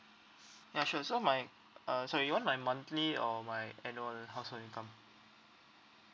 ya sure so my uh so you want my monthly or my annual household income